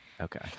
Okay